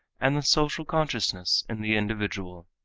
and the social consciousness in the individual.